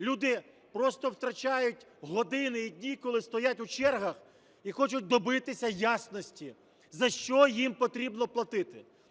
Люди просто втрачають години і дні, коли стоять у чергах і хочуть добитися ясності, за що їм потрібно платити.